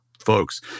folks